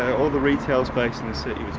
all the retail space and and so